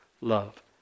love